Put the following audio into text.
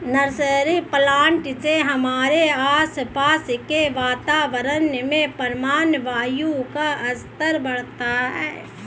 nursery plant से हमारे आसपास के वातावरण में प्राणवायु का स्तर बढ़ता है